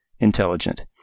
intelligent